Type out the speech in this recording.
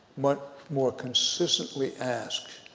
much more consistently asked